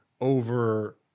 over –